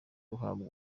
ruhabwa